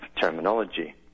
terminology